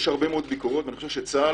יש הרבה מאוד ביקורות ואני חושב שצה"ל